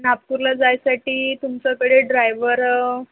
नागपूरला जायसाठी तुमच्याकडे ड्रायव्हर